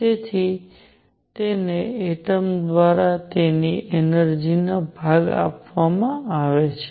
તેથી તેને એટમ દ્વારા તેની એનર્જી નો ભાગ આપવામાં આવે છે